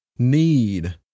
Need